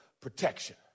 protection